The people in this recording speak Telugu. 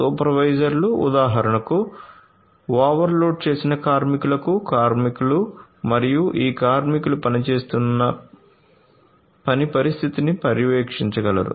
సూపర్వైజర్లు ఉదాహరణకు ఓవర్లోడ్ చేసిన కార్మికులకు కార్మికులు మరియు ఈ కార్మికులు పనిచేస్తున్న పని పరిస్థితిని పర్యవేక్షించగలరు